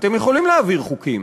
אתם יכולים להעביר חוקים.